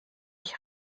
ich